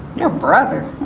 your brother?